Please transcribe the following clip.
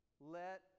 let